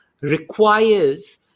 requires